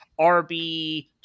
RB